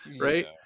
right